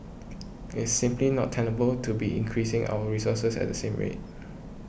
it is simply not tenable to be increasing our resources at the same rate